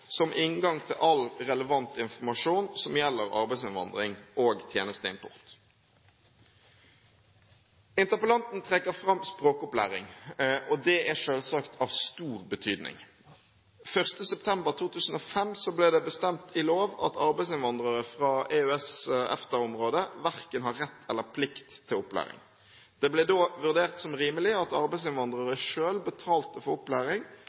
som inngang til all relevant informasjon som gjelder arbeidsinnvandring og tjenesteimport. Interpellanten trekker fram språkopplæring, og det er selvsagt av stor betydning. 1. september 2005 ble det bestemt i lov at arbeidsinnvandrere fra EØS-/EFTA-området verken har rett eller plikt til opplæring. Det ble da vurdert som rimelig at arbeidsinnvandrere selv betalte for opplæring,